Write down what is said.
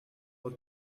бол